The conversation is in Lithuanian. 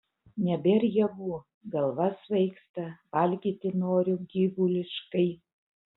nebėr jėgų galva svaigsta valgyti noriu gyvuliškai